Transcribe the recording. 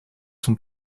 son